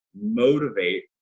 motivate